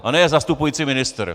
A ne zastupující ministr!